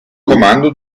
comando